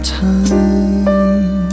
time